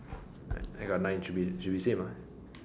I I got nine should be should be same ah